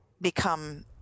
become